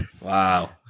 Wow